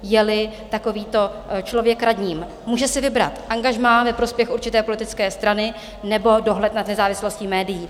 Jeli takovýto člověk radním, může si vybrat angažmá ve prospěch určité politické strany nebo dohled nad nezávislostí médií.